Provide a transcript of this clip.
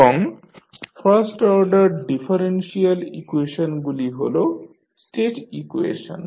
এবং first order differential ইকুয়েশনগুলি হল স্টেট ইকুয়েশন